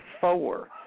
four